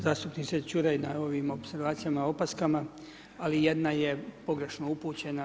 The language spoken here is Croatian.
zastupniče Čuraj, na ovim opservacijama, opaskama ali jedna je pogrešno upućena.